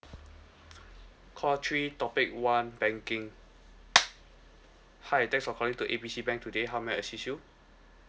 call three topic one banking hi thanks for calling to A B C bank today how may I assist you